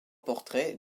portraits